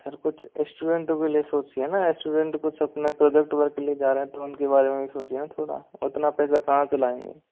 sir कुछ स्टूडेंटो के लिए सोचा न स्टूडेंट कुछ अपने प्रोजेक्ट वर्क के लिए जा रहे हैं तो उनके बारे में भी सोचा थोड़ा इतना पैसा कहाँ से लाएंगे